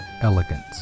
elegance